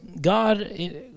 God